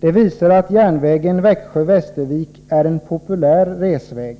Det visar att järnvägen Växjö-Västervik är en populär resväg.